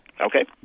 Okay